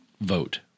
vote